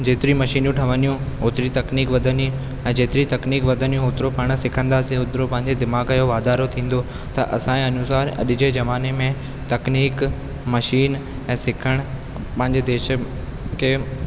जेतिरी मशीनूं ठहंदियूं ओतिरी तकनीक वधंदी ऐं जेतिरी तकनीक वधंदियू ओतिरो पाण सिखंदासीं ओतिरो पंहिंजे दिमाग़ यो वाधारो थींदो त असांजे अनुसार अॼ जे ज़माने में तकनीक मशीन ऐं सिखण पंहिंजे देश खे